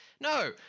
No